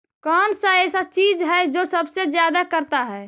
कौन सा ऐसा चीज है जो सबसे ज्यादा करता है?